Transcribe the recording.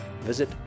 visit